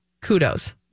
kudos